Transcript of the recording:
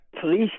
police